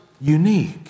unique